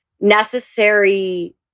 necessary